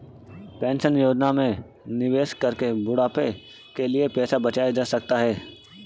pension योजना में निवेश करके बुढ़ापे के लिए पैसा बचाया जा सकता है